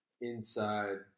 inside